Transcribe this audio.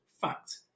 fact